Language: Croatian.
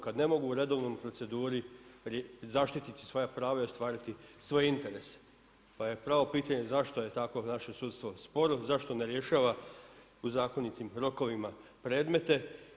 Kad ne mogu u redovnoj proceduri zaštiti svoja prava i ostvariti svoje interese, pa je pravo pitanje zašto je tako naše sudstvo sporo, zašto ne rješava u zakonitim rokovima predmete.